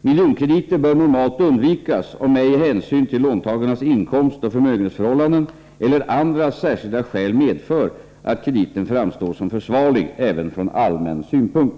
Miljonkrediter bör normalt undvikas, om ej hänsyn till låntagarnas inkomstoch förmögenhetsförhållanden eller andra särskilda skäl medför att krediten framstår som försvarlig även från allmän synpunkt.